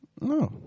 No